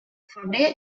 febrer